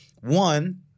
one